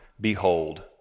behold